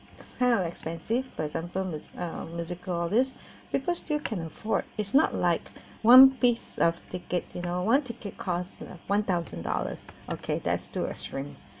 this kind of expensive for example music~ musicals all these people still can afford it's not like one piece of ticket you know one ticket cost uh one thousand dollars okay there's too extreme